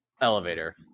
elevator